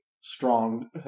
strong